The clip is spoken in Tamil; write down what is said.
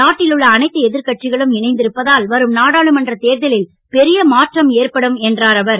நாட்டில் உள்ள அனைத்து எதிர் கட்சிகளும் இணைந்திருப்பதால் வரும் நாடாளுமன்றத் தேர்தலில் பெரிய மாற்றம் ஏற்படும் என்றார் அவர்